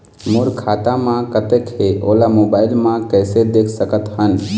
मोर खाता म कतेक हे ओला मोबाइल म कइसे देख सकत हन?